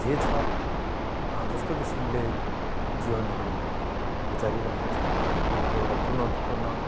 जे छ जस्तो किसिमले जीवनहरू गुजारिराखेका छौँ यो एउटा चुनौतीपूर्ण